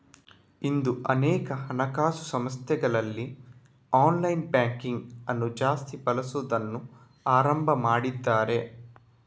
ಇಂದು ಅನೇಕ ಹಣಕಾಸು ಸಂಸ್ಥೆಗಳಲ್ಲಿ ಆನ್ಲೈನ್ ಬ್ಯಾಂಕಿಂಗ್ ಅನ್ನು ಜಾಸ್ತಿ ಬಳಸುದನ್ನ ಆರಂಭ ಮಾಡಿದ್ದಾರೆ